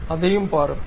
அதையும் பார்ப்போம்